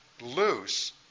loose